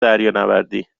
دریانوردی